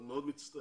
אני מאוד מצטער.